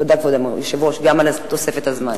תודה, כבוד היושב-ראש, גם על תוספת הזמן.